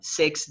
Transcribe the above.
six